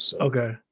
Okay